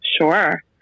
Sure